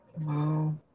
Wow